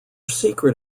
secret